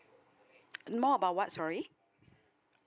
know about what sorry